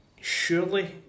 surely